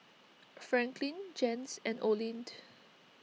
Franklin Jens and Oline